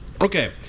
Okay